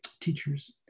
teachers